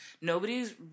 Nobody's